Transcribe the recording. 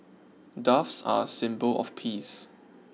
doves are a symbol of peace